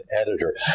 editor